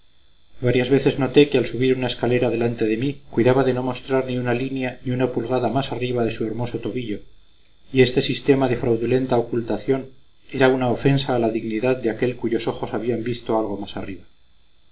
varias veces noté que al subir una escalera delante de mí cuidaba de no mostrar ni una línea ni una pulgada más arriba de su hermoso tobillo y este sistema de fraudulenta ocultación era una ofensa a la dignidad de aquel cuyos ojos habían visto algo más arriba